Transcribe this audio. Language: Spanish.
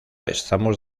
estamos